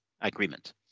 Agreement